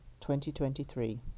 2023